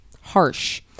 harsh